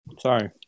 Sorry